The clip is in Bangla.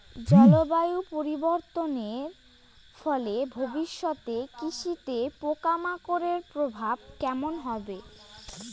জলবায়ু পরিবর্তনের ফলে ভবিষ্যতে কৃষিতে পোকামাকড়ের প্রভাব কেমন হবে?